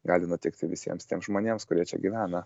gali nutikti visiems tiems žmonėms kurie čia gyvena